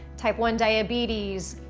type one diabetes,